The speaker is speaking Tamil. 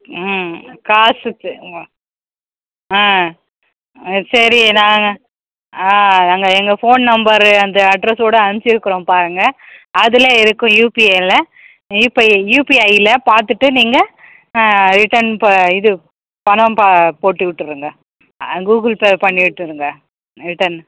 ம் காசுக்கு ஆமாம் ஆ ஆ சரி நாங்கள் ஆ நாங்கள் எங்க ஃபோன் நம்பரு ஆந்த அட்ரஸோட அனுப்பிச்சிருக்கறோம் பாருங்கள் அதில் இருக்கும் யூபிஐயில யூபைஐ யூபிஐயில பார்த்துட்டு நீங்கள் ரிட்டர்ன் ப இது பணம் பா போட்டு விட்டுருங்க கூகுள் பே பண்ணி விட்டுருங்க ரிட்டர்னு